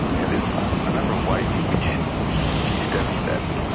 yeah there's a number of ways in which you can establish that.